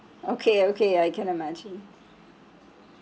okay okay I can imagine